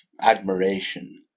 admiration